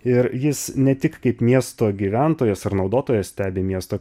ir jis ne tik kaip miesto gyventojas ar naudotojas stebi miesto